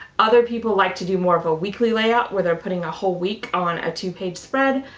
other people like to do more of a weekly layout where they're putting a whole week on a two-page spread.